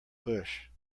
bush